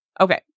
Okay